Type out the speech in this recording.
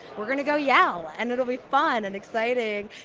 we're going to go yell and it will be fun and exciting.